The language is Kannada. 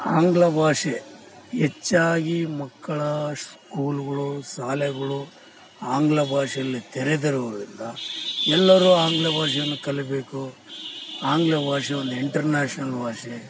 ಆಂಗ್ಲ ಭಾಷೆ ಹೆಚ್ಚಾಗಿ ಮಕ್ಕಳ ಸ್ಕೂಲುಗಳು ಶಾಲೆಗಳು ಆಂಗ್ಲ ಭಾಷೆಯಲ್ಲಿ ತೆರದರುರಿಂದ ಎಲ್ಲರೂ ಆಂಗ್ಲ ಭಾಷೆಯನ್ನು ಕಲಿಬೇಕು ಆಂಗ್ಲ ಭಾಷೆ ಒಂದು ಇಂಟೆರ್ನ್ಯಾಷನಲ್ ಭಾಷೆ